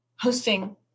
hosting